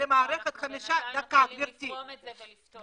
למערכת חמישה --- בינתיים יכולים ל --- את זה ולפתוח.